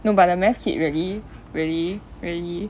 no but the math kid really really really